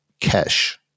cash